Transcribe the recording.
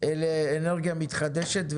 לאנרגיה מתחדשת,